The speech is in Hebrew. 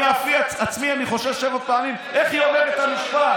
אני עצמי חושב שבע פעמים איך היא אומרת את המשפט,